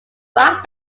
rock